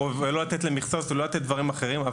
ולא לתת למכסות ולא לתת לדברים אחרים.